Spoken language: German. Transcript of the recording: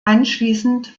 anschließend